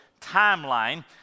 timeline